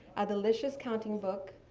a delicious counting book,